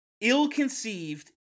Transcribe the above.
ill-conceived